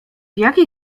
jaki